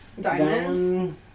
Diamonds